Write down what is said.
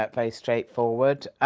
but very straightforward.